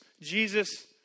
Jesus